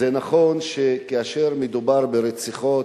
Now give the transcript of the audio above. נכון שכאשר מדובר ברציחות